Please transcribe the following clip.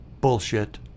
bullshit